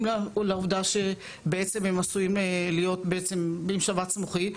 לעובדה שבעצם הם עשויים להיות עם שבץ מוחי,